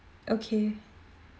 okay